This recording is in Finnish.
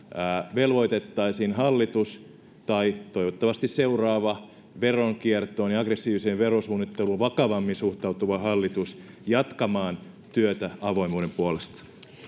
velvoitettaisiin hallitus tai seuraava toivottavasti veronkiertoon ja aggressiiviseen verosuunnitteluun vakavammin suhtautuva hallitus jatkamaan työtä avoimuuden puolesta